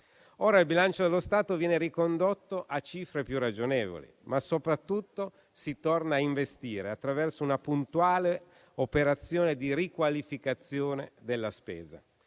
Il bilancio dello Stato viene ricondotto ora a cifre più ragionevoli, ma soprattutto si torna a investire attraverso una puntuale operazione di riqualificazione della spesa.